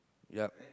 yup